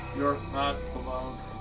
you're not alone.